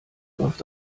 läuft